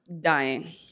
Dying